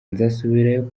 nzasubirayo